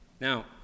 now